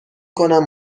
کنم